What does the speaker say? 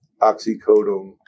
oxycodone